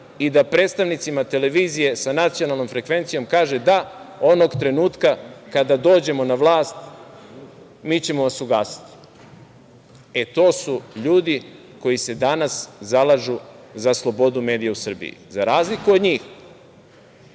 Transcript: i da predstavnicima televizije sa nacionalnom frekvencijom kaže da onog trenutka kada dođemo na vlast mi ćemo vas ugasiti. To su ljudi koji se danas zalažu za slobodu medija u Srbiji.Za razliku od njih,